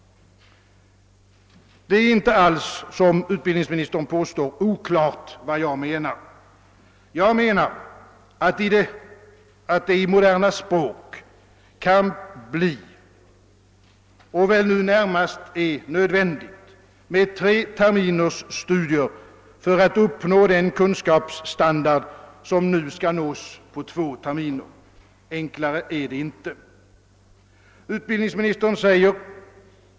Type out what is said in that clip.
Det är inte alls oklart vad jag menar, herr utbildningsminister. Jag menar att det i moderna språk kan bli och väl nu närmast är nödvändigt med tre terminers studier för att uppnå den kunskapsstandard som nu kan nås på två terminer. Svårare är det inte.